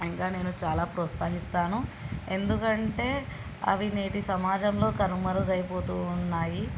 ఇంకా నేను చాలా ప్రోత్సహిస్తాను ఎందుకంటే అవి నేటి సమాజంలో కనుమరుగైపోతూ ఉన్నాయి